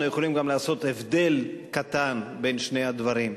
יכולים גם לעשות הבדל קטן בין שני הדברים.